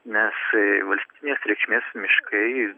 nes valstybinės reikšmės miškai